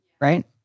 right